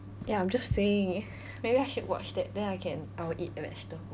ya I'm just saying maybe I should watch that day then I can I will eat vegetable